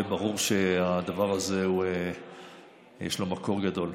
וברור שלדבר הזה יש מקור גדול.